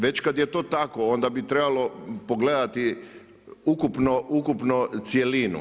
Već kad je to tako onda bi trebalo pogledati ukupno cjelinu.